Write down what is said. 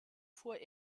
fuhr